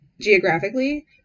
geographically